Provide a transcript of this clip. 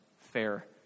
fair